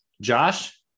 josh